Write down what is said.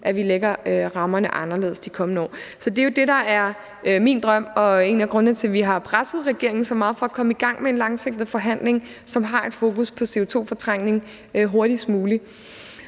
at vi lægger rammerne anderledes de kommende år. Så det er det, der er min drøm og en af grundene til, at vi har presset regeringen så meget for at komme i gang med en langsigtet forhandling, som har et fokus på CO2-fortrængning hurtigst muligt.